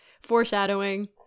Foreshadowing